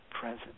present